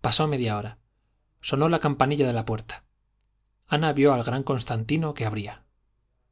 pasó media hora sonó la campanilla de la puerta ana vio al gran constantino que abría